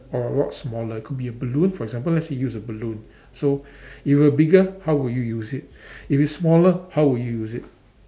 or a lot smaller could be a balloon for example let's say use a balloon so if it were bigger how would you use it if it were smaller how would you use it